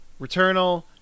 Returnal